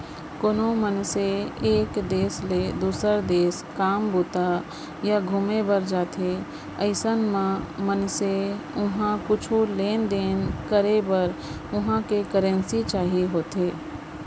कोनो मनसे एक देस ले दुसर देस काम बूता या घुमे बर जाथे अइसन म मनसे उहाँ कुछु लेन देन करे बर उहां के करेंसी चाही होथे